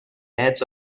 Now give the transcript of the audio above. edge